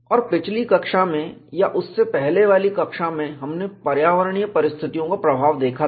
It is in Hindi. और पिछली कक्षा में या उससे पहले वाली कक्षा में हमने पर्यावरणीय परिस्थितियों का प्रभाव देखा था